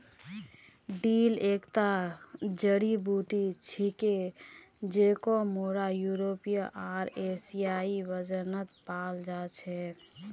dill एकता जड़ी बूटी छिके जेको पूरा यूरोपीय आर एशियाई व्यंजनत पाल जा छेक